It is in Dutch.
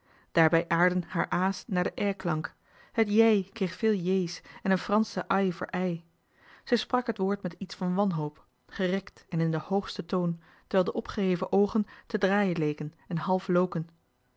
daarbij aardden haar aa's naar den è klank het jij kreeg veel j's en een fransch ai voor ij zij sprak het woord met iets van wanhoop gerekt en in den hoogsten toon terwijl de opgeheven oogen te draaien leken en half loken